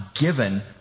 given